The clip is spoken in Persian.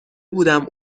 بودم